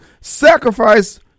sacrifice